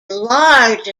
large